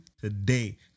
today